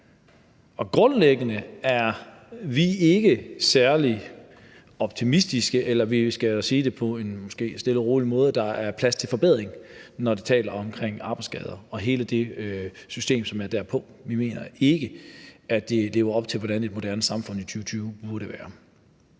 Grundlæggende er vi ikke særlig optimistiske, eller hvis jeg skal sige det på en stille og rolig måde, er der plads til forbedring, når vi taler om arbejdsskader og hele det system, som er i forbindelse med det. Vi mener ikke, at det lever op til, hvordan et moderne samfund i 2020 burde være.